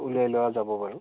উলিয়াই লোৱা যাব বাৰু